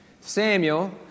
Samuel